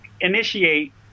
initiate